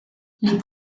les